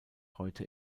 heute